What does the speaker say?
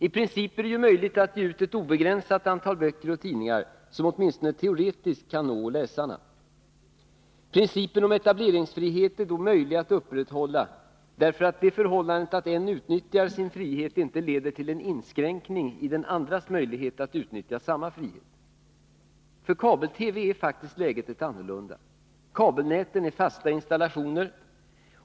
I princip är det ju möjligt att ge ut ett obegränsat antal böcker och tidningar, som åtminstone teoretiskt kan nå läsarna. Principen om etableringsfriheten är då möjlig att upprätthålla, därför att det förhållandet att en utnyttjar sin frihet inte leder till en inskränkning i den andras möjlighet att utnyttja samma frihet. För kabel-TV är läget annorlunda. Kabelnäten är fasta installationer.